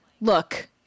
look